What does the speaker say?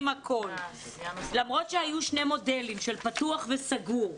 הכול למרות שהיו שני מודלים של פתוח וסגור.